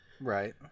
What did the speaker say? Right